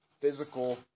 physical